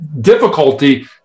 difficulty